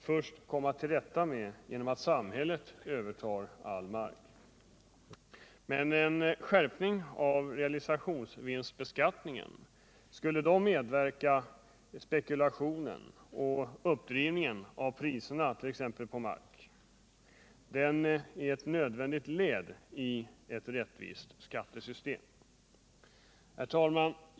först komma till rätta med genom att samhället övertar all mark. En skärpning av realisationsvinstbeskattningen skulle dock motverka spekulationen och uppdrivningen av priserna, t.ex. på mark. Den är ett nödvändigt led i ett rättvist skattesvstem. Herr talman!